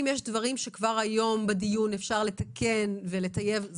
אם יש דברים שכבר היום בדיון אפשר לתקן ולטייב,